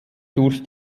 durch